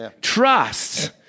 Trust